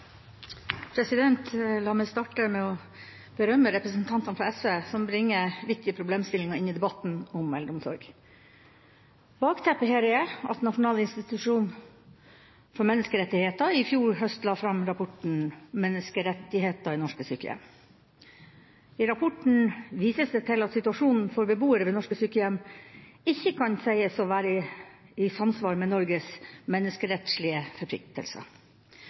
La meg starte med å berømme representantene fra SV som bringer viktige problemstillinger inn i debatten om eldreomsorg. Bakteppet her er at Nasjonal institusjon for menneskerettigheter i fjor høst la fram rapporten Menneskerettigheter i norske sykehjem. I rapporten vises det til at situasjonen for beboere ved norske sykehjem ikke kan sies å være i samsvar med Norges menneskerettslige forpliktelser.